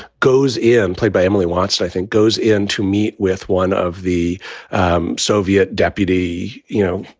goes in play by emily wants to i think goes in to meet with one of the um soviet deputy, you know,